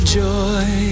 joy